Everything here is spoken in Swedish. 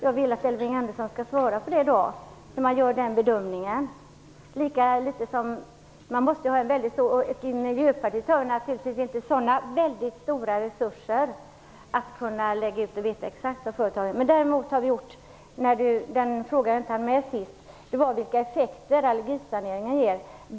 Jag vill därför att Elving Andersson svarar på hur man bär sig åt för att göra den bedömningen. Miljöpartiet har i varje fall inte så stora resurser att vi har kunnat ta reda på detta exakt. I min förra replik hann jag inte svara på frågan, vilka effekter allergisaneringen ger.